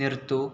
നിർത്തൂ